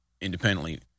independently